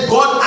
God